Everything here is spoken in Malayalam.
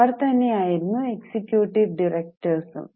അവർ തന്നെ ആയിരുന്നു എക്സിക്യൂട്ടീവ് ഡിറക്ടർസും